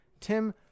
Tim